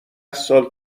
سال